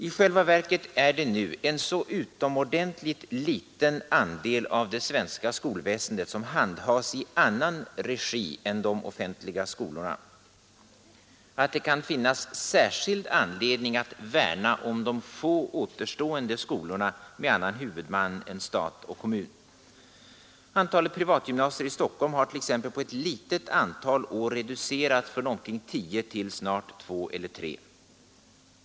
I själva verket är det nu en så utomordentligt liten andel av det svenska skolväsendet som handhas i annan regi än de offentliga skolorna att det kan finnas särskild anledning att värna om de få återstående skolorna med annan huvudman än stat och kommun. Antalet privatgymnasier i Stockholm har t.ex. på ett litet antal år reducerats från omkring tio till snart två eller tre.